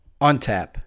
untap